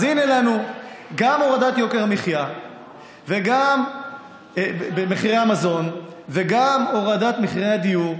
אז הינה לנו גם הורדת יוקר המחיה ומחירי המזון וגם הורדת מחירי הדיור,